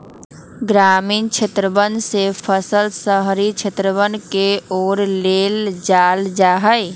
ग्रामीण क्षेत्रवन से फसल शहरी क्षेत्रवन के ओर ले जाल जाहई